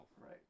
Right